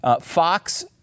Fox